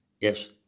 Yes